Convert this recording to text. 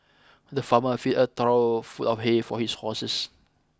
the farmer filled a trough full of hay for his horses